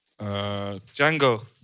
Django